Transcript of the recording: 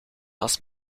was